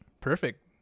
Perfect